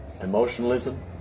emotionalism